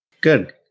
good